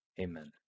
Amen